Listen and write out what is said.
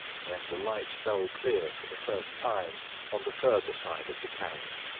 then the light fell clear for the first time on the further side of the carriage,